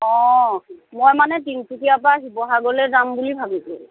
অ মই মানে তিনিচুকীয়াৰ পৰা শিৱসাগৰলৈ যাম বুলি ভাবিছোঁ